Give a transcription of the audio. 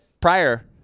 prior